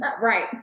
Right